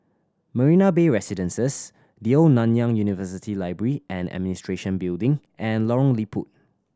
Marina Bay Residences The Old Nanyang University Library and Administration Building and Lorong Liput